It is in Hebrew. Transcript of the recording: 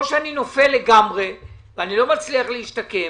או שאני נופל לגמרי ואני לא מצליח להשתקם.